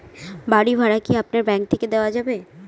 বাড়ী ভাড়া কি আপনার ব্যাঙ্ক থেকে দেওয়া যাবে?